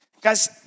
Guys